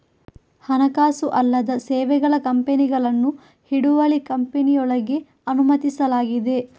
ಹಣಕಾಸು ಅಲ್ಲದ ಸೇವೆಗಳ ಕಂಪನಿಗಳನ್ನು ಹಿಡುವಳಿ ಕಂಪನಿಯೊಳಗೆ ಅನುಮತಿಸಲಾಗಿದೆ